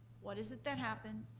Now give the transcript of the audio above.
what is it that happened?